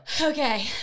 Okay